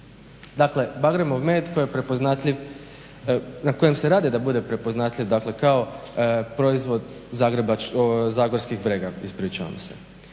Dakle Bagremov med na kojem se radi da bude prepoznatljiv kao proizvod Zagorskih brega. Ono što je